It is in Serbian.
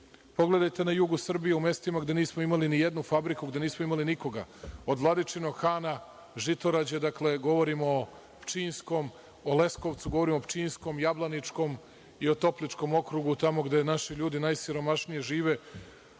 Pogledajte na jugu Srbije u mestima gde nismo imali ni jednu fabriku, gde nismo imali nikoga, od Vladičinog Hana, Žitorađa, govorimo o Pčinjskom, Jablaničkom i o Topličkom okrugu, tamo gde naši ljudi najsiromašnije žive.